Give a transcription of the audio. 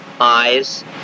eyes